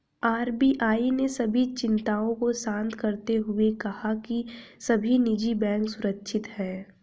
RBI ने सभी चिंताओं को शांत करते हुए कहा है कि सभी निजी बैंक सुरक्षित हैं